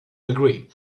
agree